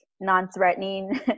non-threatening